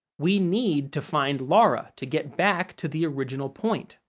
we need to find laura, to get back to the original point.